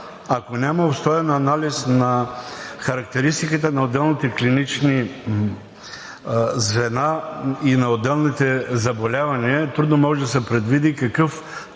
ако няма обстоен анализ на характеристиките на отделните клинични звена и на отделните заболявания, трудно може да се предвиди какъв